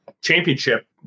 championship